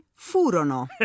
furono